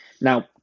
now